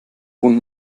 wohnt